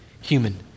human